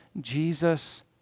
Jesus